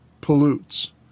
pollutes